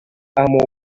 amuha